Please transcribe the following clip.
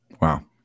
wow